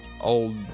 old